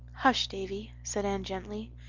hush, davy, said anne gently.